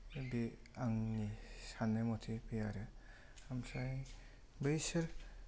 दा बे आंनि सान्नाय मथे बे आरो ओमफ्राय बैसोर